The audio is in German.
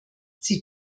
sie